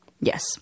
Yes